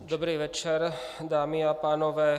Dobrý večer dámy a pánové.